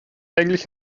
eigentlich